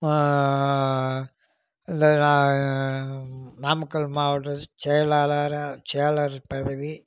இந்த நாமக்கல் மாவட்டத்துக்கு செயளாளராக செயலாளர் பதவி